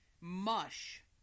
Mush